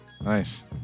Nice